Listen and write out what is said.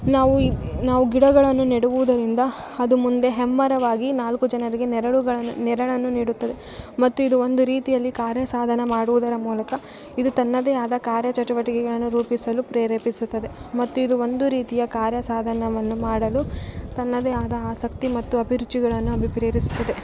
ನಾವು ಈ ನಾವು ಗಿಡಗಳನ್ನು ನೆಡುವುದರಿಂದ ಅದು ಮುಂದೆ ಹೆಮ್ಮರವಾಗಿ ನಾಲ್ಕು ಜನರಿಗೆ ನೆರಳುಗಳನ್ನು ನೆರಳನ್ನು ನೀಡುತ್ತದೆ ಮತ್ತು ಇದು ಒಂದು ರೀತಿಯಲ್ಲಿ ಕಾರ್ಯ ಸಾಧನ ಮಾಡುವುದರ ಮೂಲಕ ಇದು ತನ್ನದೇ ಆದ ಕಾರ್ಯ ಚಟುವಟಿಕೆಗಳನ್ನು ರೂಪಿಸಲು ಪ್ರೇರೇಪಿಸುತ್ತದೆ ಮತ್ತು ಇದು ಒಂದು ರೀತಿಯ ಕಾರ್ಯ ಸಾಧನವನ್ನು ಮಾಡಲು ತನ್ನದೇ ಆದ ಆಸಕ್ತಿ ಮತ್ತು ಅಭಿರುಚಿಗಳನ್ನು ಅಭಿಪ್ರೇರಿಸುತ್ತದೆ